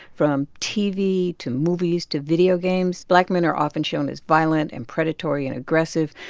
from tv to movies to videogames, black men are often shown as violent and predatory and aggressive.